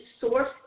source